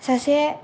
सासे